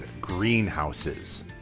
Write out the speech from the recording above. Greenhouses